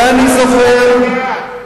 ואז בשליחות,